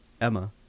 Emma